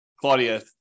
Claudia